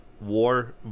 war